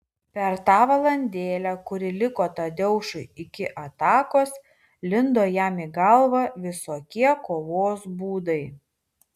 per tą valandėlę kuri liko tadeušui iki atakos lindo jam į galvą visokie kovos būdai